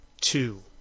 two